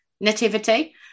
Nativity